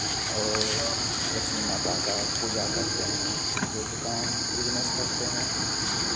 और लक्ष्मी माता का पूजा करते हैं जो दुकान बिज़नेस करते हैं